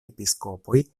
episkopoj